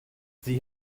sieh